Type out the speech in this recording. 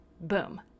boom